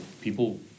people